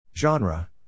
Genre